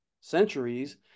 centuries